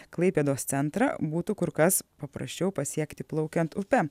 klaipėdos centrą būtų kur kas paprasčiau pasiekti plaukiant upe